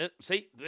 See